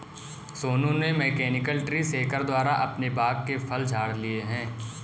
सोनू ने mechanical tree shaker द्वारा अपने बाग के फल झाड़ लिए है